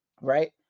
right